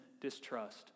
distrust